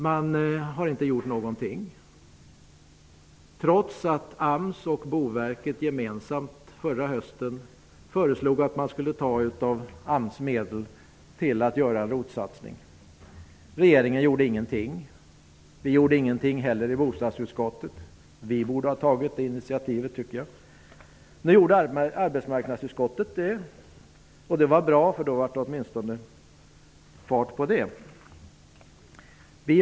Man har inte gjort någonting, trots att AMS och Boverket förra hösten gemensamt föreslog att man skulle ta av AMS-medel för att göra en ROT-satsning. Regeringen gjorde ingenting. Vi i bostadsutskottet gjorde inte heller någonting. Jag tycker att vi borde ha tagit ett initiativ. Nu gjorde arbetsmarknadsutskottet det. Det var bra. Då blev det åtminstone fart på detta.